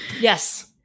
Yes